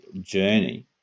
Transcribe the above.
journey